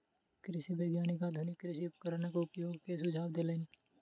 कृषि वैज्ञानिक आधुनिक कृषि उपकरणक उपयोग के सुझाव देलैन